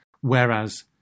whereas